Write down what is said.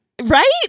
right